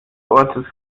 ortes